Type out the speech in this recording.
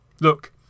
Look